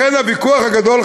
לכן הוויכוח הגדול,